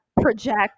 project